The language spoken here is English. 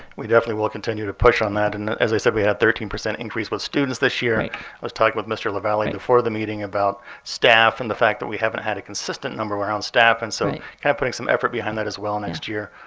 we definitely will continue to push on that. and as i said, we had thirteen percent increase with students this year. i was talking with mr. lavalley before the meeting about staff and the fact that we haven't had a consistent number around staff and so i mean some effort behind that as well next year.